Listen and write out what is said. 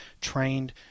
trained